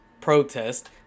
protest